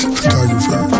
photographer